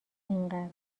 اینقدر